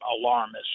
alarmist